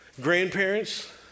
grandparents